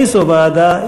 איזו ועדה?